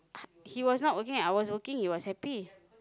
he was not working I was working he was happy